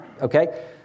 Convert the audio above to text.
okay